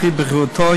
לפי בחירתו,